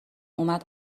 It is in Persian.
اومد